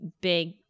big